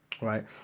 right